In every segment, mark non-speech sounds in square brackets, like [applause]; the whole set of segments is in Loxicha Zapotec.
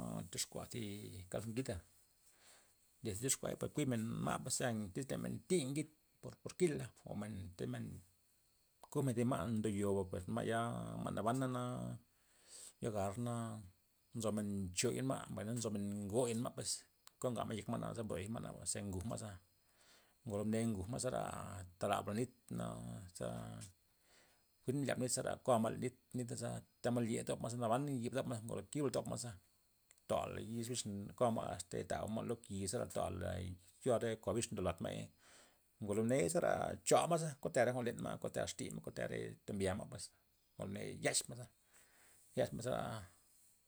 Jwa'n tyoxkua zi kald ngida, desde tyoxkuay pues kuymen ma' pues zea tys men thi' ngid por- por kila' o men tyz men nkugmen zi ma' ndo yoba per ma'ya ma' nabana ya garna' nzo men ncho yen ma' na nzo men ngo'o yen ma' pues kongamen yek ma' naze bro yek ma' naba ze nguj ma'za, ngolo mne nguj ma' zara to'labla nit na za, jwi'n lib nit zera ko'ama'len nit- nitaza tamod nly dobma' ze naban yib bdob ma' o kibla dib dobma' za to'ala yiz bix ko'ama' este na tab'lama' lo ki'za zera to'ala yo'a re kol bix ndo lad ma'y ngolo mney zera aa cho'ama'za kore'a re jwa'n lenma' kote'a extima' kote'a re tombya ma' pues, goney mney yaxma'za, yazma'za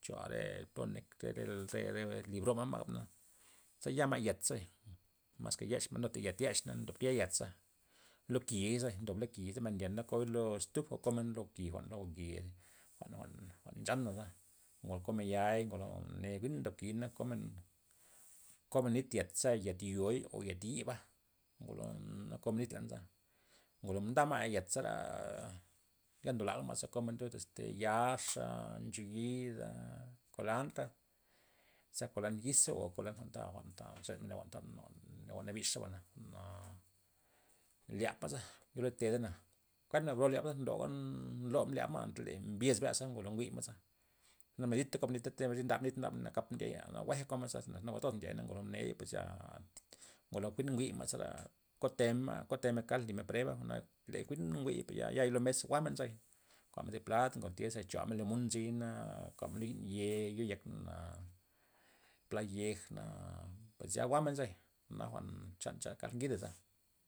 cho'are pone ne re- re libroa'' roma'na za ya ma' zet zabay, maske yex ma' nu thi yet yex na ze ndobkela yetza lo ki'za men ndiey koy lo estuf o komena lo ki'ba jwa'n lo nke lo jwa' jwa'n nchanaza o komen ya' ngolo mne jwi'n ndob lo ki'na na komen komen nit yetza zea yet yo'i o yet yiba' ngolo na komen nit leneyza ngolo mne nda ma' yetza ya ndob lab'la ma'za komen lud este yaxa', ncheyida, kolanta za kolanta yiza o kolant jwa'n jwa'nta nxemen jwa'nta- jwa'n nabixana jwa'na lyabaza yo lud tedana kuedmen bro lyaba nloga nlo mblyaba ma' chole mbyes ma' ngolo nguy ma'za na medita kob nita kued men nridab nitza [unintelligible] kap ndiey najwe'ga komenza na nague toz ndiey ngo lo mey pues ya mgolo jwi'n nguy ma' zera kotemen ma' kotemen kald limen prueba cha leja' njwi'n nguya' ya'i lo mes jwa'menaza, kuanmen zi plad [unintelligible] chomen limon nzyna kunmen yi'n ye'i yo yekney pla yejna pues zi jwa'mena zebay jwa'na nak chan kald ngidaza.